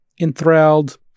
enthralled